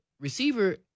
Receiver